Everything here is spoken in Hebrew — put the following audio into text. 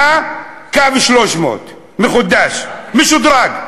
לקריאה לקו 300 מחודש, משודרג?